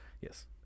Yes